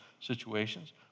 situations